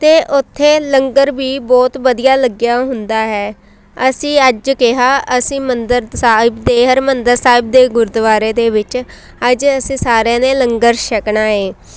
ਅਤੇ ਉੱਥੇ ਲੰਗਰ ਵੀ ਬਹੁਤ ਵਧੀਆ ਲੱਗਿਆ ਹੁੰਦਾ ਹੈ ਅਸੀਂ ਅੱਜ ਕਿਹਾ ਅਸੀਂ ਮੰਦਰ ਸਾਹਿਬ ਦੇ ਹਰਿਮੰਦਰ ਸਾਹਿਬ ਦੇ ਗੁਰਦੁਆਰੇ ਦੇ ਵਿੱਚ ਅੱਜ ਅਸੀਂ ਸਾਰਿਆਂ ਨੇ ਲੰਗਰ ਛਕਣਾ ਹੈ